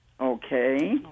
Okay